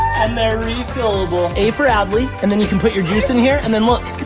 and they're refillable! a for adley, and then you can put your juice in here, and then look,